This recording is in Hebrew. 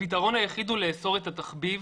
הפתרון היחיד הוא לאסור את התחביב